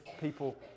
people